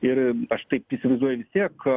ir aš taip įsivaizduoju vis tiek